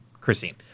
Christine